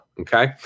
okay